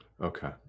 Okay